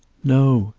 no,